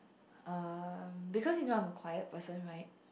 um because you know I'm a quiet person right